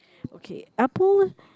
okay Apple